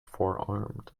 forearmed